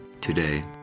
today